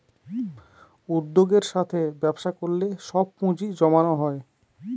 উদ্যোগের সাথে ব্যবসা করলে সব পুজিঁ জমানো হয়